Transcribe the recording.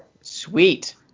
Sweet